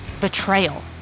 Betrayal